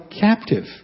captive